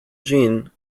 jeanne